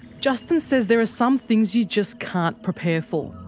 justin says there are some things you just can't prepare for.